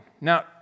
Now